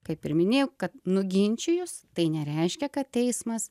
kaip ir minėjau kad nuginčijus tai nereiškia kad teismas